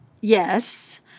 yes